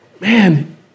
Man